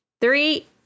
Three